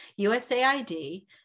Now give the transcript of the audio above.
USAID